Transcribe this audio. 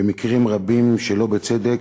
במקרים רבים שלא בצדק,